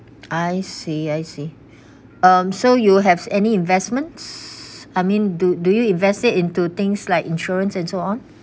I see I see um so you have any investments I mean do do you invest it into things like insurance and so on